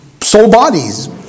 soul-bodies